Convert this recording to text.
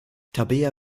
tabea